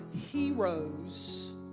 heroes